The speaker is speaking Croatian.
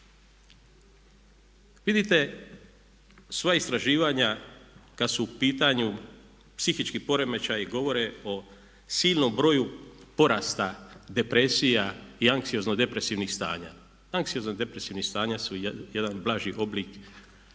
Vidite sva istraživanja kad su u pitanju psihički poremećaji govore o silnom broju porasta depresija i anksiozno depresivnih stanja. Anksiozno depresivna stanja su jedan blaži oblik